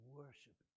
worship